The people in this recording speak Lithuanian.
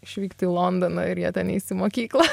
išvykti į londoną ir jie ten eis į mokyklą